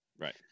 Right